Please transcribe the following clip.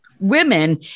women